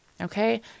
Okay